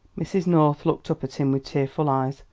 mrs. north looked up at him with tearful eyes.